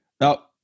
Now